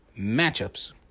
matchups